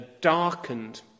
darkened